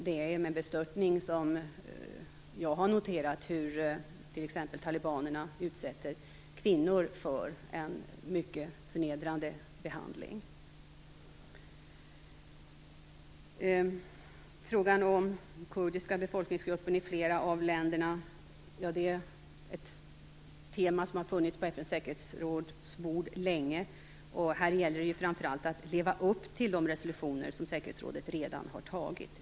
Det är med bestörtning som jag har noterat hur t.ex. talibanerna utsätter kvinnor för en mycket förnedrande behandling. Frågan om den kurdiska befolkningsgruppen i flera av länderna är ett tema som länge funnits på FN:s säkerhetsråds bord. Här gäller det framför allt att leva upp till de resolutioner som säkerhetsrådet redan har antagit.